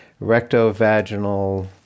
rectovaginal